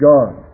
God